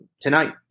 tonight